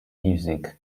music